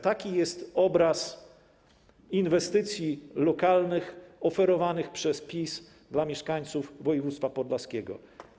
Taki jest obraz inwestycji lokalnych oferowanych przez PiS dla mieszkańców województwa podlaskiego.